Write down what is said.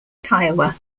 kiowa